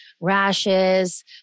rashes